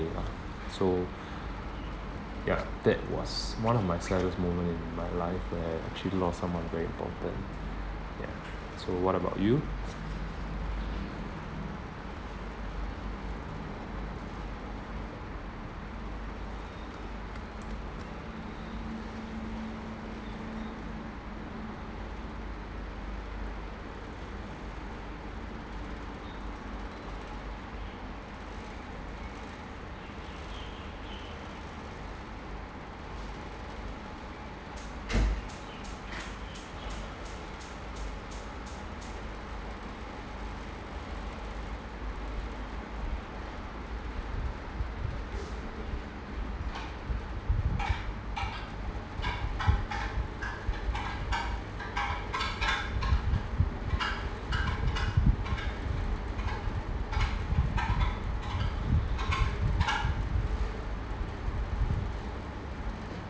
lah so ya that was one of my saddest moment in my life where I actually lost someone very important ya so what about you